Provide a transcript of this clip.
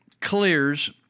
clears